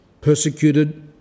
persecuted